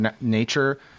nature –